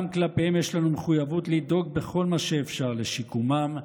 גם כלפיהם יש לנו מחויבות לדאוג בכל מה שאפשר לשיקומם,